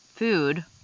Food